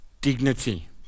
Dignity